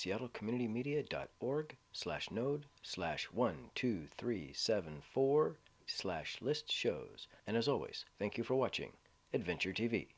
seattle community media dot org slash node slash one two three seven four slash list shows and as always thank you for watching adventure t